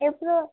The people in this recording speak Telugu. ఎప్పుడు